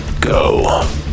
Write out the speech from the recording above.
Go